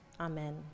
amen